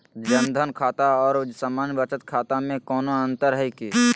जन धन खाता और सामान्य बचत खाता में कोनो अंतर है की?